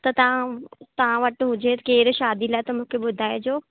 त तव्हां तव्हां वटि हुजे केरु शादी लाइ त मूंखे ॿुधाइजो